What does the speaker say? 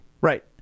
Right